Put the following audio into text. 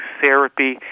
therapy